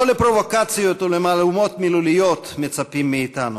לא לפרובוקציות ולמהלומות מילוליות מצפים מאתנו,